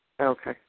Okay